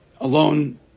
alone